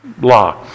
law